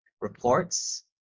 reports